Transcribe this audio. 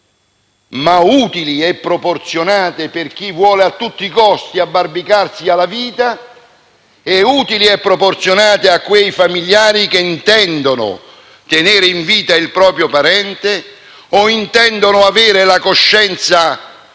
ma utili e proporzionate per chi vuole a tutti i costi abbarbicarsi alla vita e per quei familiari che intendono tenere in vita il proprio parente o intendono avere la coscienza serena